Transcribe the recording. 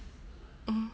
mmhmm